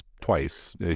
twice